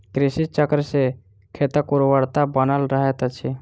कृषि चक्र सॅ खेतक उर्वरता बनल रहैत अछि